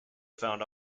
found